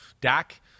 Dak